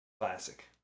Classic